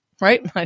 right